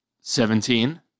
Seventeen